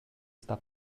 sta